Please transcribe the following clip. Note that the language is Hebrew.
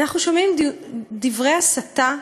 אנחנו שומעים דברי הסתה,